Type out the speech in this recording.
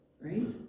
right